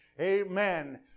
amen